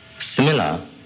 similar